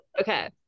Okay